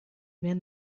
mir